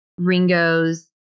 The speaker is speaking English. Ringo's